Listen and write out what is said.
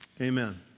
Amen